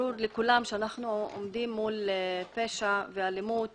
ברור לכולם שאנחנו עומדים מול פשע ואלימות